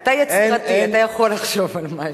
אתה יצירתי, אתה יכול לחשוב על משהו.